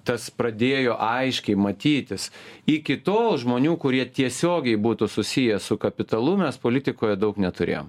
tas pradėjo aiškiai matytis iki tol žmonių kurie tiesiogiai būtų susiję su kapitalu mes politikoje daug neturėjom